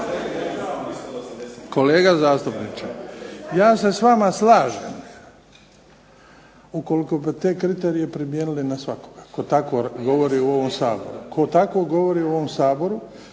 Kolega zastupniče, ja se s vama slažem ukoliko bi te kriterije primijenili na svakoga, tko tako govori u ovom Saboru.